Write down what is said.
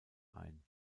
ein